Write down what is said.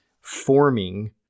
forming